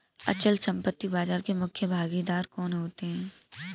अचल संपत्ति बाजार के मुख्य भागीदार कौन होते हैं?